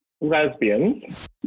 lesbians